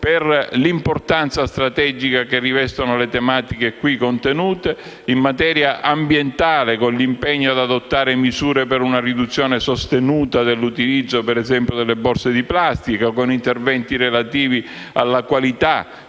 per l'importanza strategica che rivestono le tematiche qui contenute; in materia ambientale, con l'impegno ad adottare misure per una riduzione sostenuta, ad esempio, dell'utilizzo delle borse di plastica, con gli interventi relativi alla qualità